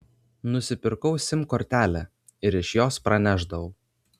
nusipirkau sim kortelę ir iš jos pranešdavau